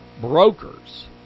Brokers